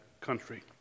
country